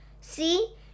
See